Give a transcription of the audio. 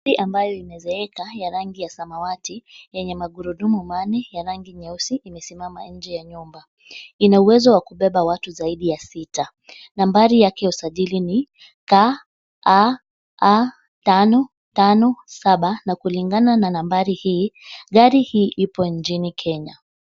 Basi ambayo imezeeka ya rangi ya samawati, yenye mangurudumu manne ya rangi nyeusi, imesimama nje ya nyumba, ina uwezo wa kubeba watu zaidi ya sita. Nambari yake ya usajili ni KAA 557 na kulingana na nambari hii, gari hii ipo nchini Kenya.